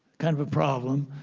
kind of a problem,